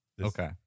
Okay